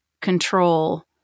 control